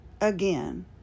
again